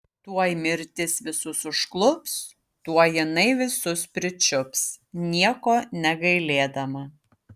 tuoj mirtis visus užklups tuoj jinai visus pričiups nieko negailėdama